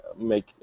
make